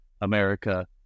America